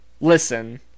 listen